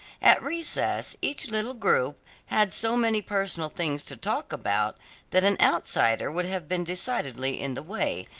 at recess each little group had so many personal things to talk about that an outsider would have been decidedly in the way,